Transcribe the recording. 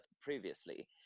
previously